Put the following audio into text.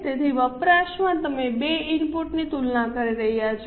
તેથી વપરાશમાં તમે 2 ઇનપુટ્સની તુલના કરી રહ્યા છો